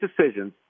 decisions